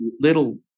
little